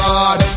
God